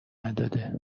نداده